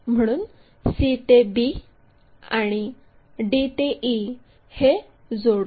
म्हणून c ते b आणि d ते e हे जोडू